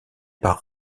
par